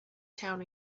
town